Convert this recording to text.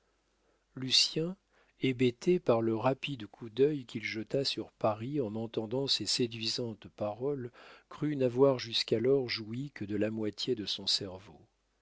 amant lucien hébété par le rapide coup d'œil qu'il jeta sur paris en entendant ces séduisantes paroles crut n'avoir jusqu'alors joui que de la moitié de son cerveau